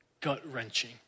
gut-wrenching